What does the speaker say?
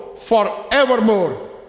Forevermore